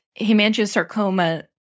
hemangiosarcoma